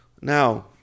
Now